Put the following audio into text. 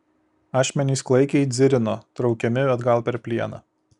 ašmenys klaikiai dzirino traukiami atgal per plieną